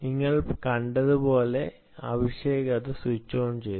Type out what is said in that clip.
നിങ്ങൾ കണ്ടതുപോലെ അഭിഷേക് അത് സ്വിച്ച് ഓൺ ചെയ്തു